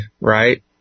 right